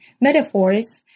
metaphors